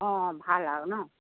অঁ ভাল আৰু ন'